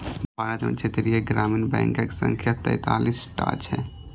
भारत मे क्षेत्रीय ग्रामीण बैंकक संख्या तैंतालीस टा छै